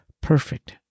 perfect